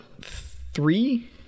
three